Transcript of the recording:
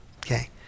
Okay